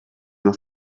una